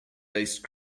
based